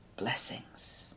Blessings